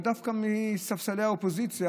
ודווקא מספסלי האופוזיציה,